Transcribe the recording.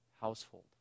household